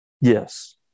Yes